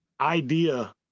Idea